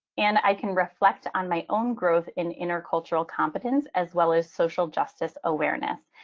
and i can reflect on my own growth in intercultural competence as well as social justice awareness.